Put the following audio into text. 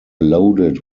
loaded